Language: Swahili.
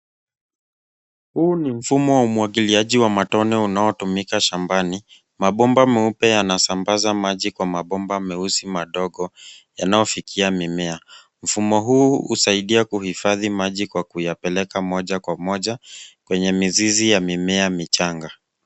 Huu ni mfumo wa umwagiliaji wa matone unaotumika shambani. Mabomba meupe yanasambaza maji kwa mabomba meusi madogo yanayofikia mimea. Mfumo huu husaidia kuhifadhi maji kwa kuyapeleka moja kwa moja kwenye mizizi ya mimea michanga.